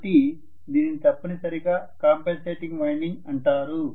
కాబట్టి దీనిని తప్పనిసరిగా కాంపెన్సేటింగ్ వైండింగ్ అంటారు